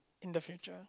in the future